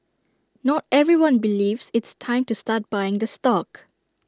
not everyone believes it's time to start buying the stock